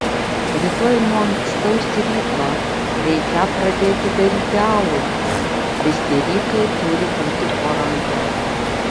rytoj nuo ankstaus ryto reikią pradėti daryti alų visi rykai turi būti po ranka